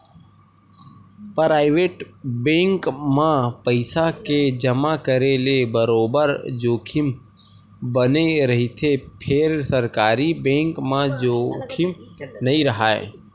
private bank म पइसा के जमा करे ले बरोबर जोखिम बने रहिथे फेर सरकारी बेंक म जोखिम नइ राहय